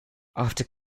after